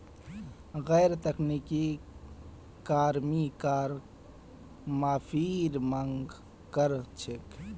गैर तकनीकी कर्मी कर माफीर मांग कर छेक